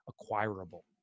acquirable